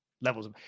levels